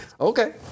Okay